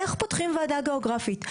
איך פותחים ועדה גיאוגרפית.